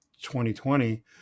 2020